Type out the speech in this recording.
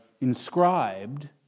inscribed